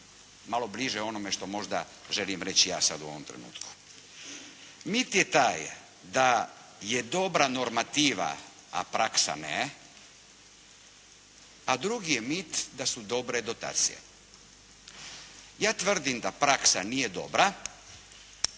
malo bliže onome što možda želim reći ja sada u ovom trenutku. Mit je taj da je dobra normativa a praksa ne. A drugi je mit da su dobre dotacije. Ja tvrdim da praksa nije dobra,